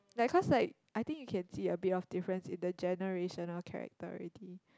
like cause like I think you can see a bit of difference in the generation or character already